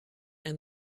and